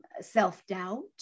self-doubt